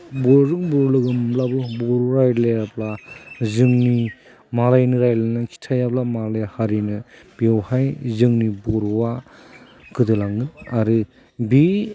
बर'जों बर' लोगो मोनब्लाबो बर' रायज्लायाब्ला जोंनि मालायनि रायज्लायनानै खिथायाब्ला मालाय हारिनो बेवहाय जोंनि बर'आ गोदोलांगोन आरो बि